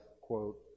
quote